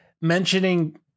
mentioning